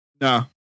No